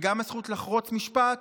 וגם הזכות לחרוץ משפט